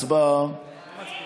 הצבעה.